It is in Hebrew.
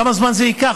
כמה זמן זה ייקח?